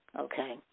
okay